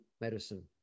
medicine